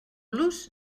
los